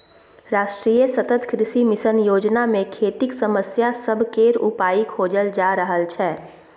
राष्ट्रीय सतत कृषि मिशन योजना मे खेतीक समस्या सब केर उपाइ खोजल जा रहल छै